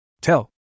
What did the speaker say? Tell